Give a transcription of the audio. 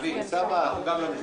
לא נעשה הצבעה ונפסיק.